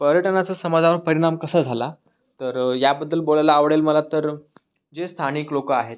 पर्यटनाचा समाजावर परिनाम कसा झाला तर याबद्दल बोलायला आवडेल मला तर जे स्थानिक लोकं आहेत